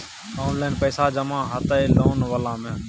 Online पैसा जमा हते लोन वाला में?